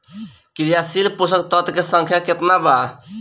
क्रियाशील पोषक तत्व के संख्या कितना बा?